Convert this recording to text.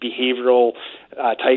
behavioral-type